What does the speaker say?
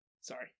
sorry